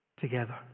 together